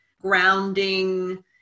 grounding